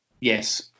yes